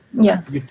Yes